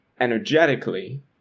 Energetically